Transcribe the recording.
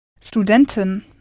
Studentin